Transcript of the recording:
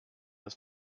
ist